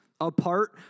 apart